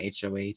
HOH